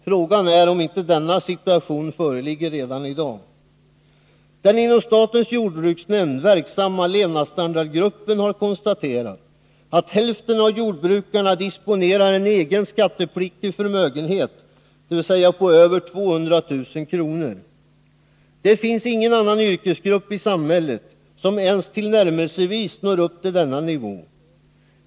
Frågan är om inte denna situation föreligger redan i dag. Den inom statens jordbruksnämnd verksamma levnadsstandardgruppen har konstaterat att hälften av jordbrukarna disponerar en egen skattepliktig förmögenhet, dvs. över 200 000 kr. Det finns ingen annan yrkesgrupp i samhället som ens tillnärmelsevis når upp till denna nivå.